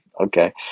Okay